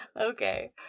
Okay